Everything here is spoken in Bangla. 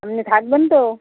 আপনি থাকবেন তো